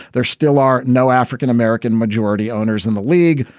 there still are no african-american majority owners in the league,